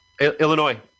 Illinois